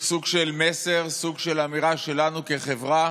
סוג של מסר, סוג של אמירה שלנו כחברה,